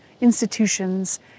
institutions